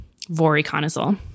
voriconazole